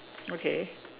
okay